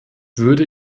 würde